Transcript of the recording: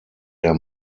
der